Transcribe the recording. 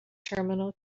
terminal